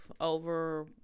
over